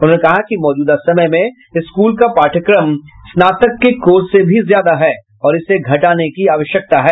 उन्होंने कहा कि मौजूदा समय में स्कूल का पाठ्यक्रम स्नातक के कोर्स से भी ज्यादा है और इसे घटाने की आवश्यकता है